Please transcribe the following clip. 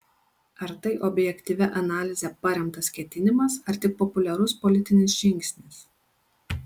ar tai objektyvia analize paremtas ketinimas ar tik populiarus politinis žingsnis